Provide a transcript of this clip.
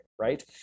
right